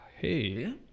hey